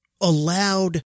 allowed